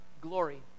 glory